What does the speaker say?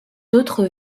autres